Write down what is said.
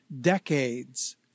decades